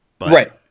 Right